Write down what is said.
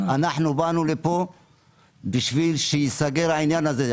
אנחנו באנו לפה בשביל שייסגר העניין הזה.